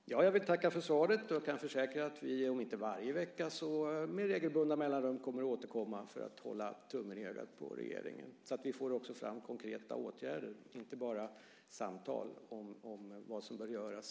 Herr talman! Jag vill tacka för svaret. Jag kan försäkra att vi, om inte varje vecka så med regelbundna mellanrum, kommer att återkomma för att hålla tummen i ögat på regeringen så att vi får fram konkreta åtgärder och inte bara samtal om vad som bör göras.